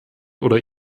oder